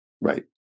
Right